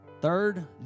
Third